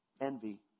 envy